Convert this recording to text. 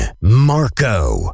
marco